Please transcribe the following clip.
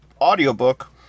audiobook